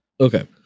Okay